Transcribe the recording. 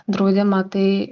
draudimo tai